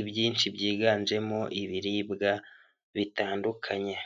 ibyinshi byiganjemo ibiribwa bitandukanye.